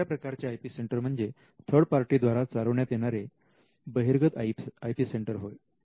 दुसऱ्या प्रकारचे I P centre म्हणजे थर्ड पार्टी द्वारा चालविण्यात येणारे बहिर्गत आय पी सेंटर होय